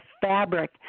fabric